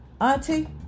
Auntie